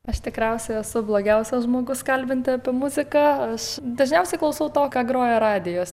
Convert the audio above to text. aš tikriausiai esu blogiausias žmogus kalbinti apie muziką aš dažniausiai klausau to ką groja radijas